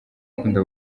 gukunda